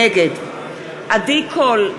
נגד עדי קול,